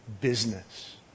business